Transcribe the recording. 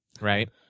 Right